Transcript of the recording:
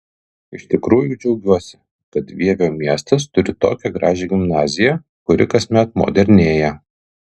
iš tikrųjų džiaugiuosi kad vievio miestas turi tokią gražią gimnaziją kuri kasmet modernėja